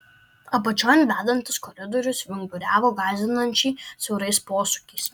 apačion vedantis koridorius vinguriavo gąsdinančiai siaurais posūkiais